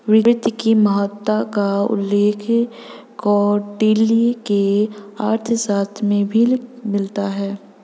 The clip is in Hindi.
वित्त की महत्ता का उल्लेख कौटिल्य के अर्थशास्त्र में भी मिलता है